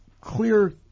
clear